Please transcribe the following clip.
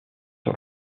sur